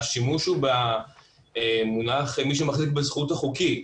השימוש הוא במונח מי שמחזיק בזכות החוקית.